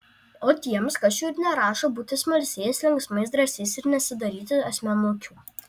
o tiems kas jų ir nerašo būti smalsiais linksmais drąsiais ir nesidaryti asmenukių